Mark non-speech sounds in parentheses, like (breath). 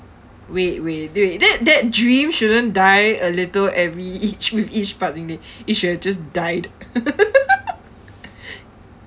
wait wait wait that that dream shouldn't die a little every each with each passing day (breath) it should have just died (laughs)